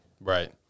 Right